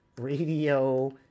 radio